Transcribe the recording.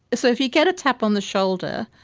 so if you get a tap on the shoulder,